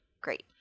Great